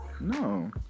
No